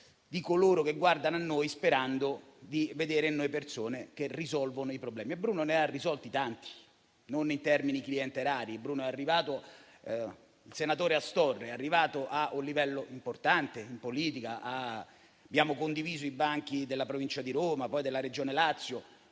di coloro che guardano a noi sperando di vedere in noi persone che risolvono i problemi. Di problemi Bruno ne ha risolti tanti e non in termini clientelari. Il senatore Astorre è arrivato a un livello importante in politica. Abbiamo condiviso i banchi della Provincia di Roma e poi della Regione Lazio